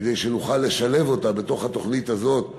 כדי שנוכל לשלב אותה בתוכנית הזאת,